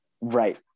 Right